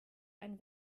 ein